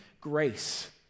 grace